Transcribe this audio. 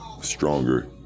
stronger